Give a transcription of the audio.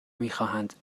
میخواهند